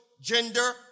gender